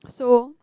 so